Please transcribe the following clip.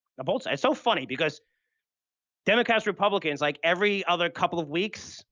ah both sides. so funny because democrats, republicans, like every other couple of weeks,